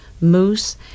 moose